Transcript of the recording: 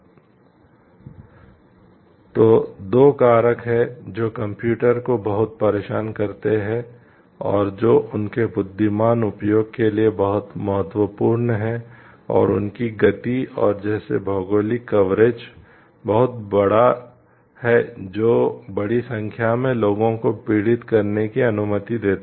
इसलिए दो कारक हैं जो कंप्यूटर बहुत बड़ा है जो बड़ी संख्या में लोगों को पीड़ित करने की अनुमति देता है